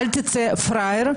אל תצא פראייר,